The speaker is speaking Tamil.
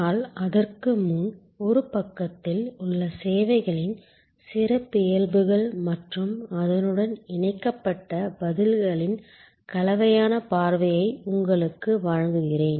ஆனால் அதற்கு முன் ஒரு பக்கத்தில் உள்ள சேவைகளின் சிறப்பியல்புகள் மற்றும் அதனுடன் இணைக்கப்பட்ட பதில்களின் கலவையான பார்வையை உங்களுக்கு வழங்குகிறேன்